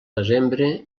desembre